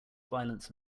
violence